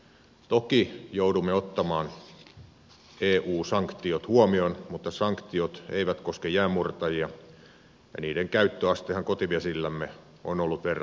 toki joudumme ottamaan eu sanktiot huomioon mutta sanktiot eivät koske jäänmurtajia ja niiden käyttöastehan kotivesillämme on ollut verraten alhainen